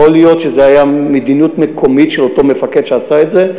יכול להיות שזו הייתה מדיניות מקומית של אותו מפקד שעשה את זה.